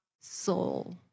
soul